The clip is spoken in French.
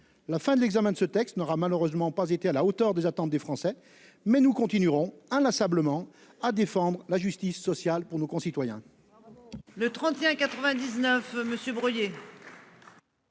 La fin de l'examen de ce texte n'aura malheureusement pas été à la hauteur des attentes des Français. Mais nous continuerons inlassablement à défendre la justice sociale pour nos concitoyens.